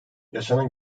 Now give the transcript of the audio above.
yaşanan